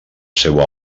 seua